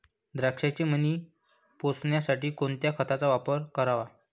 द्राक्षाचे मणी पोसण्यासाठी कोणत्या खताचा वापर करावा?